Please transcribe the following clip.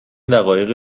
دقایق